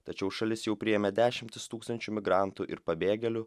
tačiau šalis jau priėmė dešimtis tūkstančių migrantų ir pabėgėlių